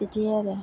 बिदि आरो